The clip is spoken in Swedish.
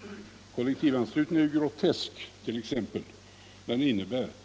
de vill tillhöra. Kollektivanslutningen är grotesk. Den innebärt.ex.